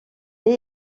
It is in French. lait